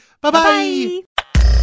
Bye-bye